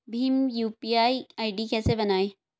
Bhim UPI ID कैसे बनाएं?